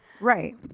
Right